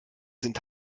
sind